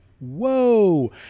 whoa